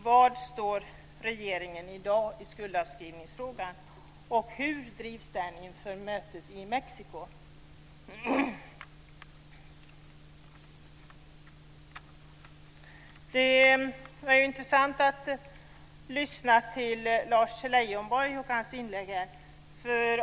Var står regeringen i dag i skuldavskrivningsfrågan, och hur drivs den inför mötet i Mexiko? Det var intressant att lyssna till Lars Leijonborgs inlägg.